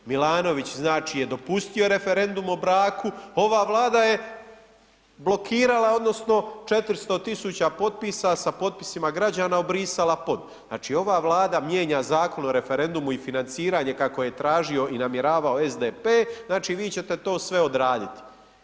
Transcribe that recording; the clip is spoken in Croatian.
Milanović znači je dopustio referendum o braku, ova Vlada je blokirala, odnosno 400 tisuća potpisa sa potpisima građana obrisala pod, znači ova Vlada mijenja Zakon o referendumu i financiranje kako je tražio i namjeravao SDP, znači vi ćete to sve odraditi.